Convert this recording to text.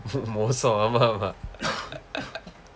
மோசம் ஆமாம் ஆமாம்:moosam aamaam aamaam